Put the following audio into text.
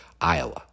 Iowa